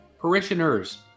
parishioners